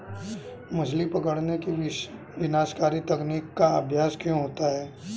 मछली पकड़ने की विनाशकारी तकनीक का अभ्यास क्यों होता है?